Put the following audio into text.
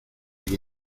que